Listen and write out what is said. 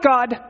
God